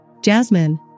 Jasmine